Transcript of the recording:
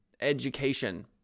education